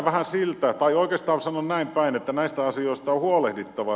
tai oikeastaan sanon näin päin että näistä asioista on huolehdittava